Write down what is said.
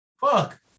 Fuck